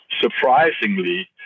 surprisingly